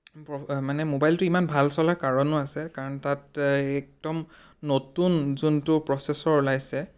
মানে মোবাইলটো ইমান ভাল চলাৰ কাৰণো আছে কাৰণ তাত একদম নতুন যোনটো প্ৰচেছৰ ওলাইছে